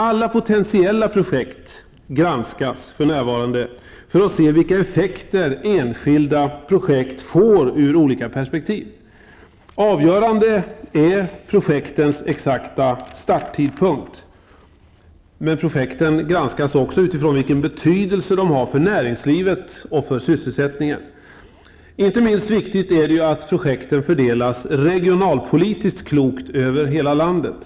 Alla potentiella projekt granskas för närvarande för att man skall kunna se vilka effekter enskilda projekt får ur olika perspektiv. Det avgörande är projektens exakta starttidpunkt. Projekten granskas också utifrån vilken betydelse de har för näringslivet och för sysselsättningen. Det är inte minst viktigt att projekten fördelas regionalpolitiskt klokt över hela landet.